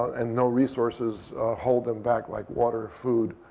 and no resources hold them back, like water, food,